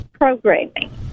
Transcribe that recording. programming